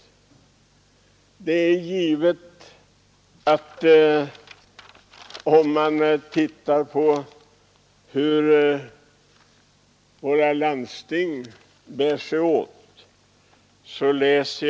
Låt mig i detta sammanhang peka på hur våra landsting handlar.